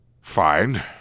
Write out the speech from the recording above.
Fine